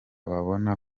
babona